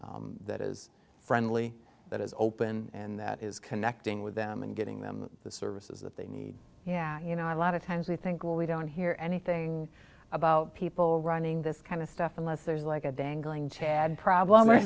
people that is friendly that is open and that is connecting with them and getting them the services that they need yeah you know a lot of times we think well we don't hear anything about people running this kind of stuff unless there's like a dangling chad problem or